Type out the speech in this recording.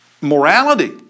morality